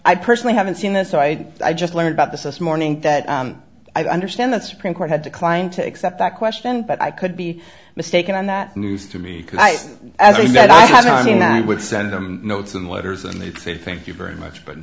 i personally haven't seen this so i i just learned about this us morning that i understand the supreme court had declined to accept that question but i could be mistaken on that news to me as being that i mean i would send them notes and letters and they'd say thank you very much but